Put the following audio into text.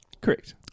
Correct